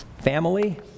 family